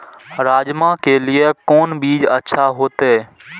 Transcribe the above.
राजमा के लिए कोन बीज अच्छा होते?